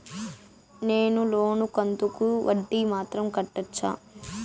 నేను లోను కంతుకు వడ్డీ మాత్రం కట్టొచ్చా?